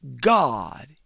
God